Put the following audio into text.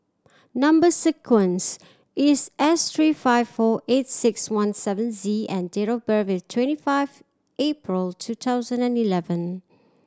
number sequence is S three five four eight six one seven Z and date of birth is twenty five April two thousand and eleven